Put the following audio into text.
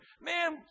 man